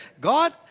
God